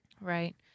Right